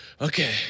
okay